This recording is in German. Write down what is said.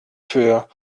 für